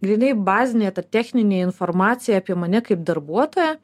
grynai bazinė ta techninė informacija apie mane kaip darbuotoją